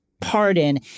pardon